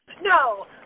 No